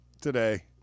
today